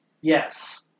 Yes